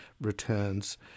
returns